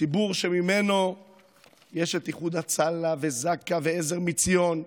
ציבור שממנו יש את איחוד הצלה וזק"א ועזר מציון,